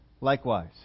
likewise